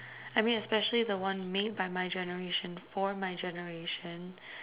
I mean especially the one made by my generation for my generation